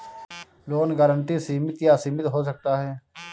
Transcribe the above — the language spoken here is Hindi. लोन गारंटी सीमित या असीमित हो सकता है